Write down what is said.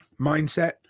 mindset